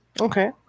okay